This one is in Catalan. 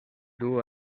duu